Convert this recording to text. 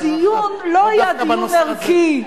הדיון לא היה דיון ערכי,